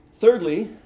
Thirdly